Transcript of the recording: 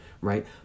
right